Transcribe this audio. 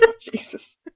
Jesus